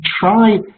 try